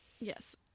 Yes